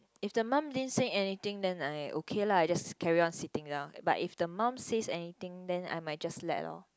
if the mum didn't say anything then I okay lah I just carry on sitting down but if the mum says anything then I might just let loh